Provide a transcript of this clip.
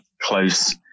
close